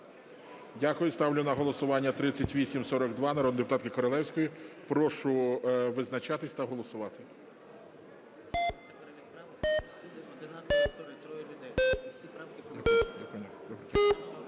Дякую. Ставлю на голосування 3842 народної депутатки Королевської. Прошу визначатись та голосувати.